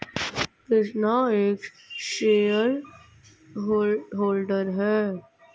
कृष्णा एक share holder है